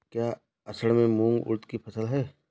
क्या असड़ में मूंग उर्द कि फसल है?